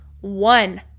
one